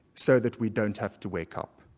so that we don't have to wake up.